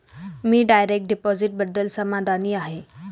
मी direct डिपॉझिटबद्दल समाधानी आहे